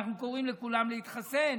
אנחנו קוראים לכולם להתחסן.